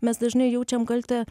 mes dažnai jaučiam kaltę